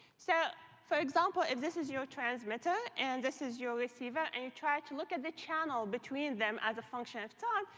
so for example, if this is your transmitter and this is your receiver, and you try to look at the channel between them as a function of time,